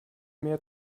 mehr